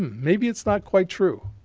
maybe it's not quite true.